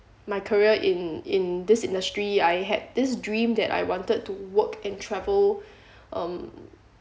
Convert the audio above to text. my career in in this industry I had this dream that I wanted to work and travel